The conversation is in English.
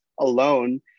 alone